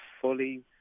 fully